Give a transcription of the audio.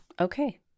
Okay